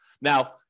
Now